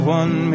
one